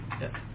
Yes